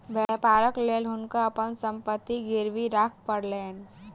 व्यापारक लेल हुनका अपन संपत्ति गिरवी राखअ पड़लैन